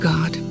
God